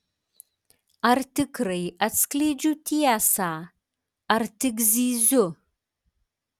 ar tikrai atskleidžiu tiesą ar tik zyziu